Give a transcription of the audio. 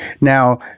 Now